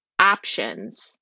options